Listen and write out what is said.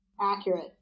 Accurate